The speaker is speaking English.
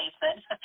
basement